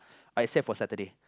uh except for Saturday